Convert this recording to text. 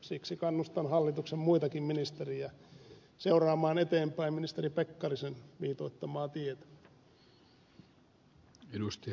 siksi kannustan hallituksen muitakin ministereitä seuraamaan eteenpäin ministeri pekkarisen viitoittamaa tietä